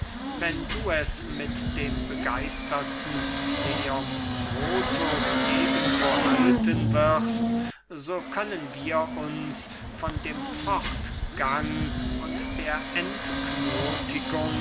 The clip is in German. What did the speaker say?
wenn du es mit dem begeisterten kleombrotus eben so halten wirst so können wir uns von dem fortgang und der